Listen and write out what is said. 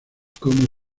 como